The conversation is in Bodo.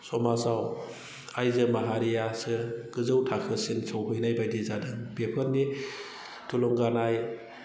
समाव आइजो माहारियासो गोजौ थाखोसिम सौहैनायबायदि जादों बेफोरनि थुलुंगानाय